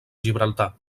gibraltar